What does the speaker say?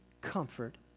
comfort